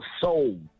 soul